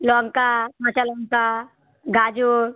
লঙ্কা কাঁচালঙ্কা গাজর